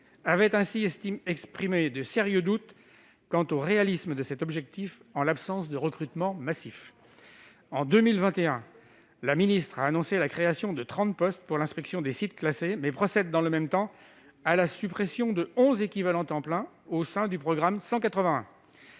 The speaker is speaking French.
avaient ainsi exprimé de sérieux doutes quant au réalisme de cet objectif en l'absence de recrutement massif. En 2021, la ministre a annoncé la création de 30 postes pour l'inspection des sites classés, mais procède, dans le même, temps à la suppression de 11 ETP au sein du programme 181.